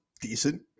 decent